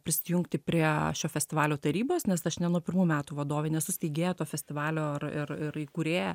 prisijungti prie šio festivalio tarybos nes aš ne nuo pirmų metų vadovė nesu steigėja to festivalio ir ir ir įkūrėja